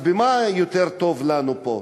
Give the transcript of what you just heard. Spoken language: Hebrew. אז במה יותר טוב לנו פה?